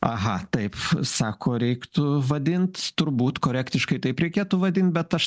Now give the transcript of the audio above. aha taip sako reiktų vadint turbūt korektiškai taip reikėtų vadint bet aš